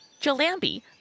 Jalambi